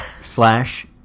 slash